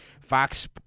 Fox